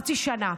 חצי דקה.